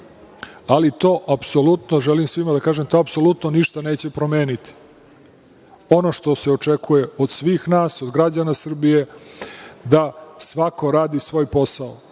ali to apsolutno, želim svima da kažem, ništa neće promeniti. Ono što se očekuje od svih nas, od građana Srbije je da svako radi svoj posao,